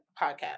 podcast